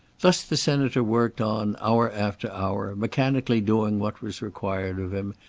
thus the senator worked on, hour after hour, mechanically doing what was required of him,